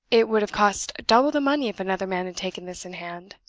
it would have cost double the money if another man had taken this in hand.